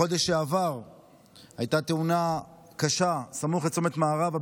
בחודש שעבר הייתה תאונה קשה סמוך לצומת מערבה.